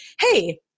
hey